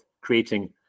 creating